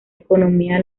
economía